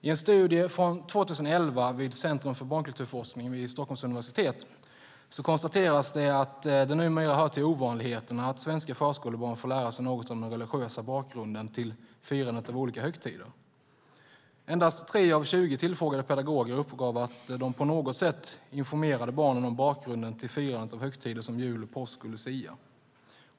I en studie från 2011 vid Centrum för barnkulturforskning vid Stockholms universitet konstateras att det numera hör till ovanligheterna att svenska förskolebarn får lära sig något om den religiösa bakgrunden till firandet av olika högtider. Endast tre av tjugo tillfrågade pedagoger uppgav att de på något sätt informerade barnen om bakgrunden till firandet av högtider som jul, påsk och lucia.